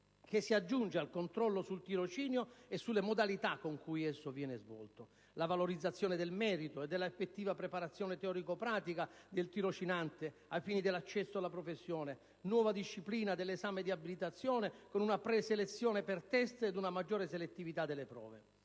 che si aggiunge al controllo sul tirocinio e sulle modalità con cui esso viene svolto); valorizzazione del merito e della effettiva preparazione teorico-pratica del tirocinante ai fini dell'accesso alla professione; nuova disciplina dell'esame di abilitazione con una preselezione per test e una maggiore selettività delle prove;